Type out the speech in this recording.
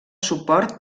suport